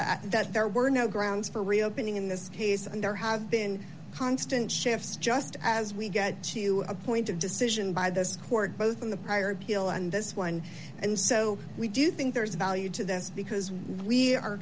that that there were no grounds for reopening in this case and there have been constant shifts just as we get to a point of decision by this court both in the prior pill and this one and so we do think there is value to this because we re